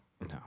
No